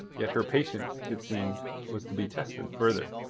yet her patience, it seemed, was to be tested further.